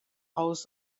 haus